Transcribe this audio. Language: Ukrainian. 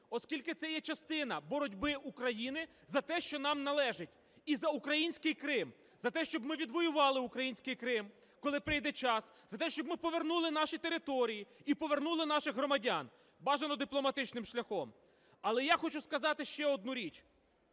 оскільки це є частина боротьби України за те, що нам належить і за український Крим, за те, щоб ми відвоювали український Крим, коли прийде час, за те, щоб ми повернули наші території і повернули наших громадян бажано дипломатичним шляхом. Але я хочу сказати ще одну річ.